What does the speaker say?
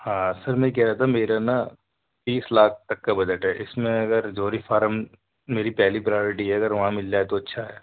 ہاں سر میں کہہ رہا تھا میرا نا تیس لاکھ تک کا بجٹ ہے اس میں اگر جوہری فارم میری پہلی پرایرٹی ہے اگر وہاں مل جائے تو اچھا ہے